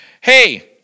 hey